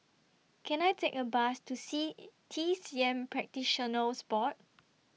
Can I Take A Bus to C T C M Practitioners Board